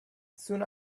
soon